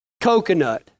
coconut